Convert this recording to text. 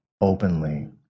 openly